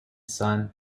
son